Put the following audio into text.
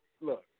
look